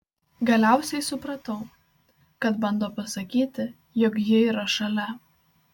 galiausiai supratau kad bando pasakyti jog ji yra šalia